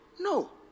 No